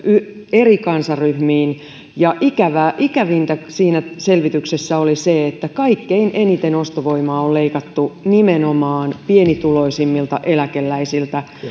eri kansanryhmiin ja ikävintä siinä selvityksessä oli se että kaikkein eniten ostovoimaa on leikattu nimenomaan pienituloisimmilta eläkeläisiltä